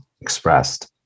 expressed